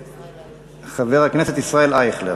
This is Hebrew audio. חבר הכנסת ישראל אייכלר.